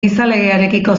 gizalegearekiko